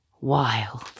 wild